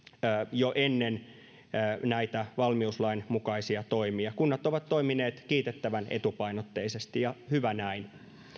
jo ennen näitä valmiuslain mukaisia toimia kunnat ovat toimineet kiitettävän etupainotteisesti ja hyvä näin